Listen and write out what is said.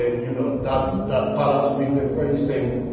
ah you know that that balance with the very same